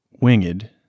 winged